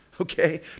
Okay